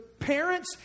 Parents